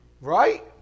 Right